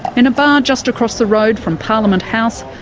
in a bar just across the road from parliament house,